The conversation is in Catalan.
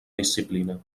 disciplina